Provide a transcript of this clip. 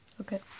Okay